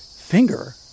finger